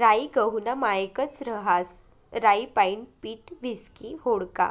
राई गहूना मायेकच रहास राईपाईन पीठ व्हिस्की व्होडका